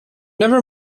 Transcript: never